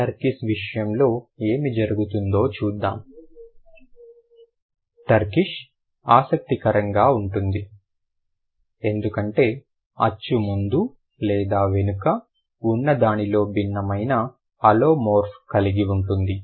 Turkish విషయంలో ఏమి జరుగుతుందో చూద్దాం టర్కిష్ ఆసక్తికరంగా ఉంటుంది ఎందుకంటే అచ్చు ముందు లేదా వెనుక ఉన్నదానిలో భిన్నమైన అలోమోర్ఫ్ కలిగి ఉంటుంది